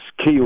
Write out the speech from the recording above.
key